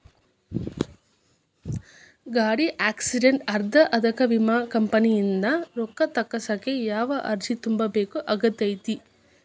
ಗಾಡಿ ಆಕ್ಸಿಡೆಂಟ್ ಆದ್ರ ಅದಕ ವಿಮಾ ಕಂಪನಿಯಿಂದ್ ರೊಕ್ಕಾ ತಗಸಾಕ್ ಯಾವ ಅರ್ಜಿ ತುಂಬೇಕ ಆಗತೈತಿ?